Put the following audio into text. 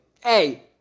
hey